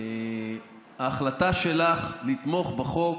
שההחלטה שלך לתמוך בחוק,